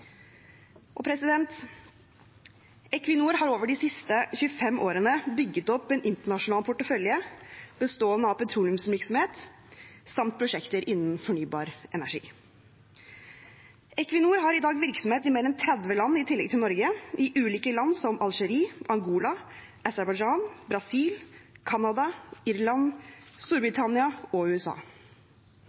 Equinor har over de siste 25 årene bygget opp en internasjonal portefølje bestående av petroleumsvirksomhet samt prosjekter innen fornybar energi. Equinor har i dag virksomhet i mer enn 30 land i tillegg til i Norge, i ulike land som Algerie, Angola, Aserbajdsjan, Brasil, Canada, Irland, Storbritannia og USA.